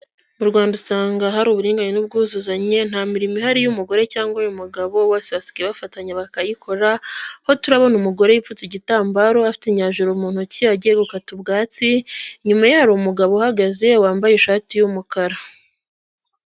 Mu Rwanda usanga hari uburinganire n'ubwuzuzanye, nta mirimo ihari y'umugore cyangwa y'umugabo usanga bafatanya bakayikora. Turabona umugore yipfutse igitambaro afite inyanya mu intoki, agiye gukata ubwatsi, nyuma yaho umugabo uhagaze wambaye ishati y'umukara.